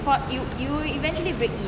for you you will eventually break in